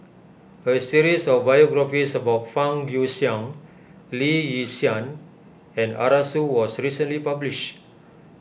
a series of biographies about Fang Guixiang Lee Yi Shyan and Arasu was recently published